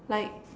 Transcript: like